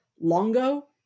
longo